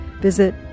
visit